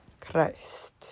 Christ